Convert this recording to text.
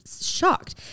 shocked